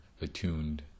attuned